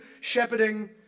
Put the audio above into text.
shepherding